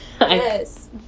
Yes